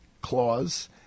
clause